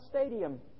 stadium